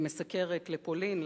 נסעתי אתו ועם לאה כמסקרת לפולין,